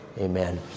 Amen